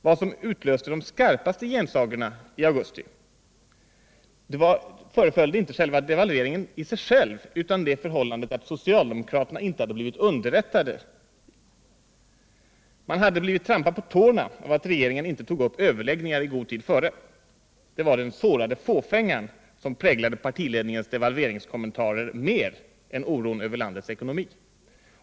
Vad som utlöste de skarpaste gensagorna i augusti tycktes inte vara devalveringen i sig, utan det förhållandet att socialdemokraterna inte hade blivit underrättade i tid. Man hade blivit trampad på tårna av att inte regeringen tog upp överläggningar i god tid före — det var den sårade fåfängan som präglade partiledningens devalveringskommentarer mer än oron över landets ekonomi.